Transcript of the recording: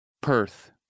perth